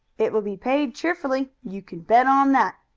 it will be paid cheerfully. you can bet on that.